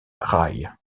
rail